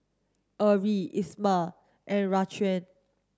Erie Ismael and Raquan